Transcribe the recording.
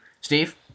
Steve